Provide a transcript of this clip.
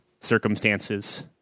circumstances